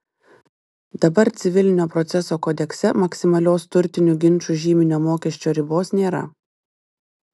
dabar civilinio proceso kodekse maksimalios turtinių ginčų žyminio mokesčio ribos nėra